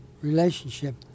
relationship